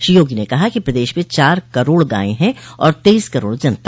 श्री योगी ने कहा कि प्रदेश में चार करोड़ गाय है और तेईस करोड़ जनता